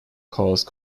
caused